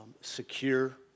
secure